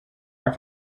are